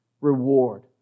reward